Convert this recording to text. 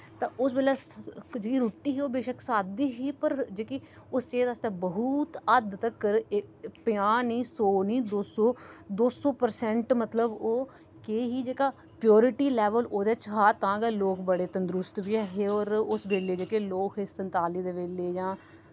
तां ओस बेल्लै जियां रुट्टी ओह् बेशक साद्धी ही पर जेह्की ओह् सेह्त आस्तै बहुत हद्द तगर पंजाह निं सौ निं दो सौ दौसौ प्रसैंट मतलव ओह् केह् ही जेह्का प्योरिटी लैवल ओह्दे च हा तां गै लोक बड़े तंदरुसत बी ऐ हे और उस बेल्लै जेह्के लोक हे संताली दे बेल्ले जां